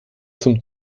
zum